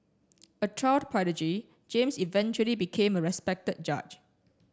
a child prodigy James eventually became a respected judge